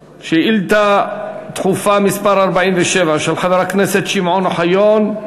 שאילתה דחופה מס' 47, של חבר הכנסת שמעון אוחיון.